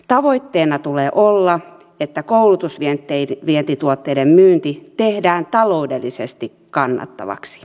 tavoitteena tulee olla että koulutusvientituotteiden myynti tehdään taloudellisesti kannattavaksi